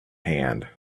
hand